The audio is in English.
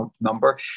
number